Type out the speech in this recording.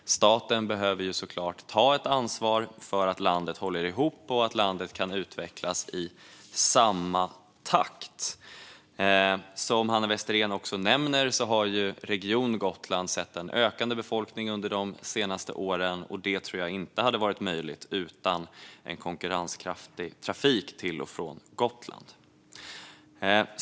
Staten behöver såklart ta ett ansvar för att landet håller ihop och kan utvecklas i samma takt. Som Hanna Westerén också nämner har Region Gotland sett en ökande befolkning under de senaste åren, och det tror jag inte hade varit möjligt utan en konkurrenskraftig trafik till och från Gotland.